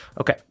Okay